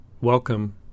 Welcome